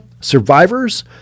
survivors